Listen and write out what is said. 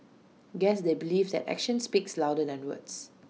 guess they believe that actions speak louder than words